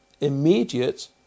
immediate